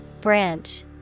Branch